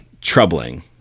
troubling